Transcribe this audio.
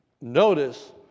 notice